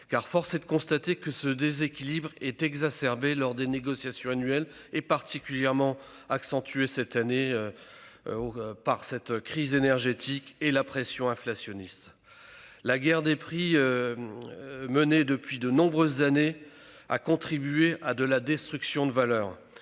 Force est de constater, en effet, que le déséquilibre est exacerbé lors des négociations annuelles. Il est particulièrement accentué cette année par la crise énergétique et la pression inflationniste. La guerre des prix menée depuis de nombreuses années a contribué à la destruction de valeur